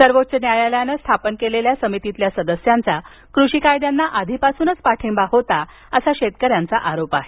सर्वोच्च न्यायालयाने स्थापन केलेल्या समितीतील सदस्यांचा कृषी कायद्यांना आधीपासूनच पाठिंबा होता असा आरोप होत आहे